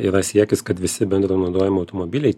yra siekis kad visi bendro naudojimo automobiliai